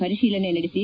ಪರಿಶೀಲನೆ ನಡೆಸಿ